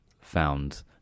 found